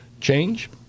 change